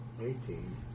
Eighteen